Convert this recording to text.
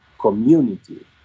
community